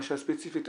מאשר הספציפית?